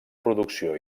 producció